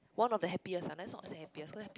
one of the happiest ah let's not say happiest cause happy